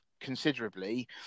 considerably